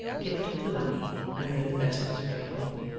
kit took the money and made the best of his way home.